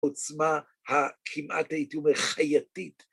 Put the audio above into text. עוצמה כמעט הייתי אומר חייתית.